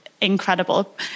incredible